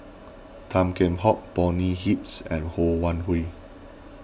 Tan Kheam Hock Bonny Hicks and Ho Wan Hui